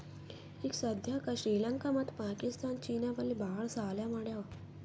ಈಗ ಸದ್ಯಾಕ್ ಶ್ರೀಲಂಕಾ ಮತ್ತ ಪಾಕಿಸ್ತಾನ್ ಚೀನಾ ಬಲ್ಲಿ ಭಾಳ್ ಸಾಲಾ ಮಾಡ್ಯಾವ್